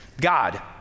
God